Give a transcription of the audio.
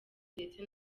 ndetse